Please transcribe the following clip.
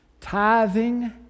Tithing